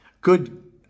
good